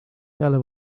peale